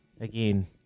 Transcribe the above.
Again